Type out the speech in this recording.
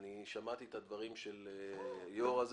שמעתי את הדברים של ליאור ורונה,